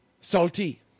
salty